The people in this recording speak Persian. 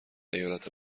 ایالت